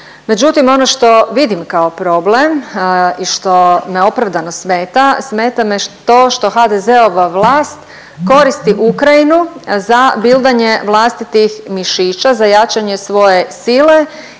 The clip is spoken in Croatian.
Međutim, ono što vidim kao problem i što me opravdano smeta, smeta me to što HDZ-ova vlast koristi Ukrajinu za bildanje vlastitih mišića, za jačanje svoje sile